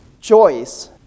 choice